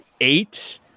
eight